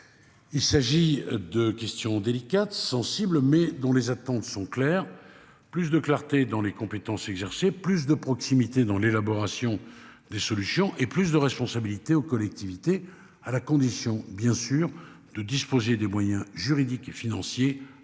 Il s'agit de questions délicates. Mais dont les attentes sont claires, plus de clarté dans les compétences exercées plus de proximité dans l'élaboration des solutions et plus de responsabilités aux collectivités à la condition bien sûr de disposer des moyens juridiques et financiers associés